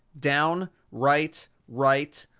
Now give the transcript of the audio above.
down, right, right,